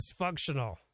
dysfunctional